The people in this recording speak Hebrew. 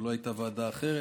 ולא הייתה ועדה אחרת,